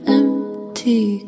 empty